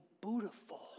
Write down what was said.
beautiful